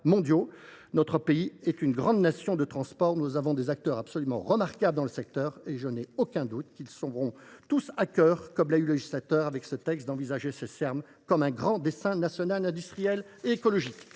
mondiaux. Notre pays est une grande nation de transports, et nous disposons d’acteurs absolument remarquables dans ce secteur. Je n’ai aucun doute qu’ils auront tous à cœur, comme le législateur, d’envisager ces Serm comme un grand dessein national industriel et écologique.